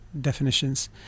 definitions